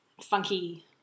funky